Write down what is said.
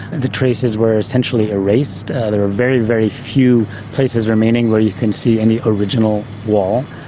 the traces were essentially erased. there are very, very few places remaining where you can see any original wall.